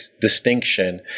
distinction